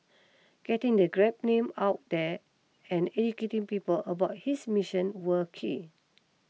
getting the Grab name out there and educating people about his mission were key